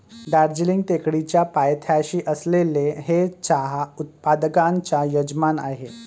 दार्जिलिंग टेकडीच्या पायथ्याशी असलेले हे चहा उत्पादकांचे यजमान आहे